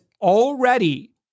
already